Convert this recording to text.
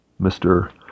Mr